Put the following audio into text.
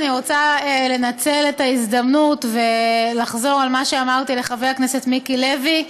אני רוצה לנצל את ההזדמנות ולחזור על מה שאמרתי לחבר הכנסת מיקי לוי: